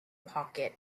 pocket